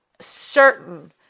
certain